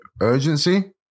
Urgency